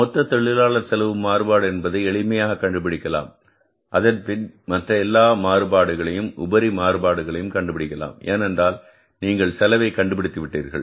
மொத்த தொழிலாளர் செலவு மாறுபாடு என்பதை எளிமையாக கண்டுபிடிக்கலாம் அதன்பின் மற்ற எல்லா மாறுபாடுகளையும் உபரி மாறுபாடுகளையும் கண்டுபிடிக்கலாம் ஏனென்றால் நீங்கள் செலவை கண்டுபிடித்து விட்டீர்கள்